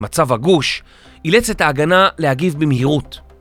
מצב הגוש, אילץ את ההגנה להגיב במהירות